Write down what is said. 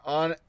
on